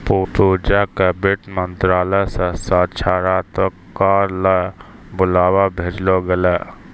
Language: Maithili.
पूजा क वित्त मंत्रालय स साक्षात्कार ल बुलावा भेजलो गेलै